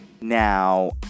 Now